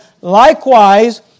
Likewise